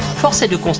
for cedric